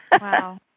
Wow